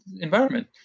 environment